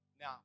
Now